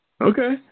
Okay